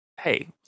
Hey